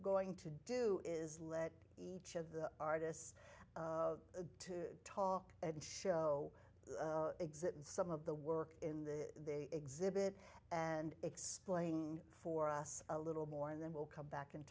going to do is let each of the artists to talk and show exhibit some of the work in the the exhibit and explain for us a little more and then we'll come back and